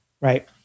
right